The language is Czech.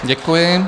Děkuji.